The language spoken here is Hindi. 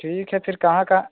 ठीक है फिर कहाँ कहाँ